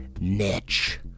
niche